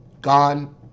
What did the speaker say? gone